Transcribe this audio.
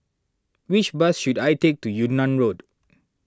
which bus should I take to Yunnan Road